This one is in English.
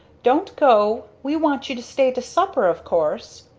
don't go! we want you to stay to supper of course!